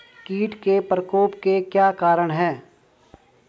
कीट के प्रकोप के क्या कारण हैं?